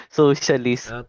socialist